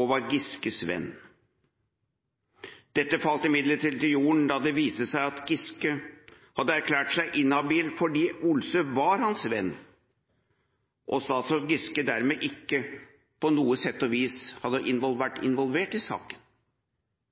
og var Giskes venn. Dette falt imidlertid til jorden da det viste seg at Giske hadde erklært seg inhabil fordi Olsø var hans venn, og at statsråd Giske dermed ikke på noe sett og vis hadde vært involvert i saken.